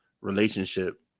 relationship